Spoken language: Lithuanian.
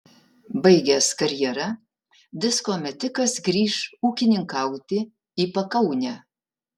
baigęs karjerą disko metikas grįš ūkininkauti į pakaunę